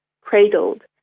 cradled